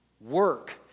Work